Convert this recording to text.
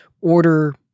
order-